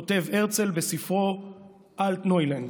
כותב הרצל בספרו "אלטנוילנד".